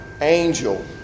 Angel